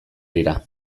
dira